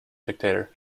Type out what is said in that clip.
dictator